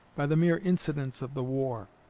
by the mere incidents of the war.